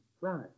right